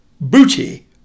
Booty